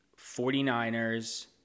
49ers